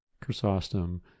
chrysostom